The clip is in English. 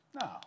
No